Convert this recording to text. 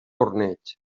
torneig